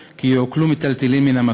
יציג את הצעת החוק חבר